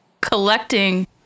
collecting